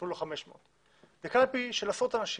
אפילו לא 500. זה קלפי של עשרות אנשים,